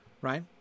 right